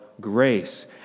grace